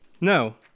No